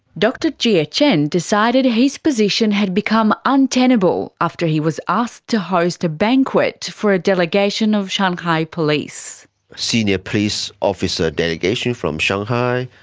dr jie ah chen decided his position had become untenable after he was asked to host a banquet for a delegation of shanghai police. a senior police officer delegation from shanghai,